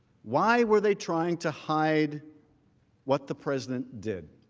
why were they trying to hide what the president did?